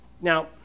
Now